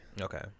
Okay